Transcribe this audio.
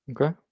Okay